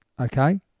Okay